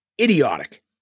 idiotic